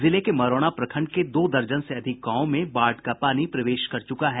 जिले के मरौना प्रखंड के दो दर्जन से अधिक गांवों में बाढ़ का पानी प्रवेश कर चुका है